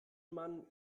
man